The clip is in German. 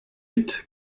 mit